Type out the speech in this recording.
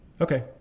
Okay